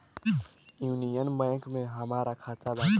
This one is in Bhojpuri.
यूनियन बैंक में हमार खाता बाटे